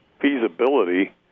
feasibility